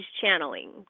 channeling